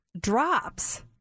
drops